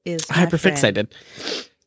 hyperfixated